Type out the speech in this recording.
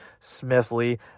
Smithley